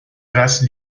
قصد